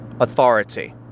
authority